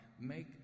Make